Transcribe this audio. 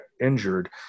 injured